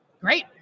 Great